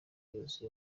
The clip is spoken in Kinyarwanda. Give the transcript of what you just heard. yose